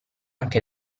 anche